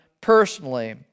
personally